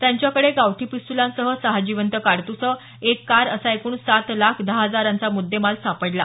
त्यांच्याकडे गावठी पिस्तुलांसह सहा जिवंत काडतुसे एक कार असा एकूण सात लाख दहा हजारांचा मुद्देमाल सापडला